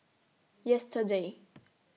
yesterday